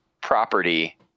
property